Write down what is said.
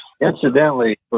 Incidentally